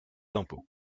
d’impôts